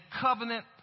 covenant